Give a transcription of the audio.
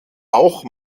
auch